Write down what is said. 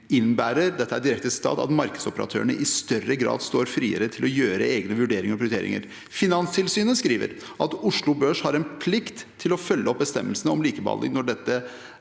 innebærer at «markedsoperatørene i større grad står friere til å gjøre egne vurderinger og prioriteringer.» Finanstilsynet skriver at Oslo Børs har en plikt til å følge opp bestemmelsene om likebehandling når dette